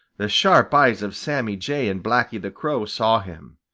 the sharp eyes of sammy jay and blacky the crow saw him.